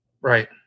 Right